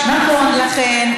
לכן,